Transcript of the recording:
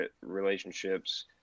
relationships